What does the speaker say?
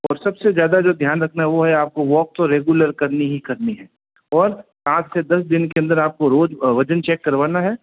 और सबसे ज़्यादा जो ध्यान रखना वो है आपको वॉक रेग्युलर करनी ही करनी है और पाँच से दस दिन के अंदर आपको रोज वजन चेक करवाना है